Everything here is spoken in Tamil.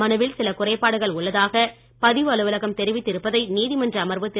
மனுவில் சில குறைபாடுகள் உள்ளதாக பதிவு அலுவலகம் தெரிவித்திருப்பதை நீதிமன்ற அமர்வு திரு